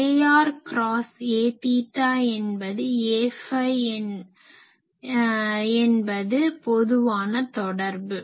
ar cross a theta என்பது a phi என்பது பொதுவான தொடர்பு